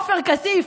עופר כסיף,